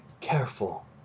careful